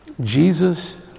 Jesus